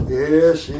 yes